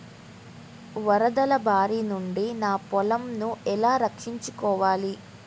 వరదల భారి నుండి నా పొలంను ఎలా రక్షించుకోవాలి?